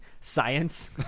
science